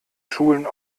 schulen